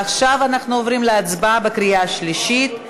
עכשיו אנחנו עוברים להצבעה בקריאה השלישית.